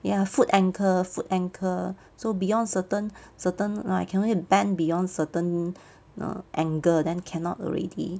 ya foot ankle foot ankle so beyond certain certain like I can only bend beyond certain err angle then cannot already